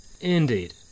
Indeed